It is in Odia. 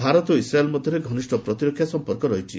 ଭାରତ ଓ ଇସ୍ରାଏଲ ମଧ୍ୟରେ ଘନିଷ୍ଠ ପ୍ରତିରକ୍ଷା ସମ୍ପର୍କ ରହିଛି